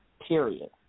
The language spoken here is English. Period